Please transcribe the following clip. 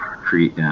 create